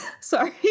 sorry